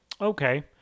Okay